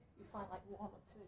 you find like one